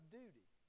duty